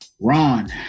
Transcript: Ron